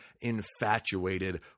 infatuated